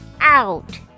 out